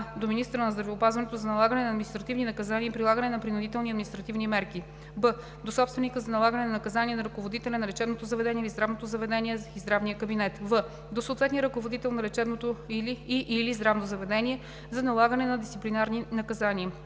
до: а) министъра на здравеопазването за налагане на административни наказания и прилагане на принудителни административни мерки; б) собственика за налагане на наказание на ръководителя на лечебното заведение или здравното заведение и здравните кабинети; в) съответния ръководител на лечебното и/или здравното заведение за налагане на дисциплинарни наказания;